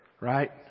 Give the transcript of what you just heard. right